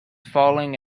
falling